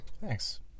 Thanks